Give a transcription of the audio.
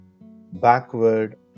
Backward